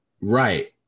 Right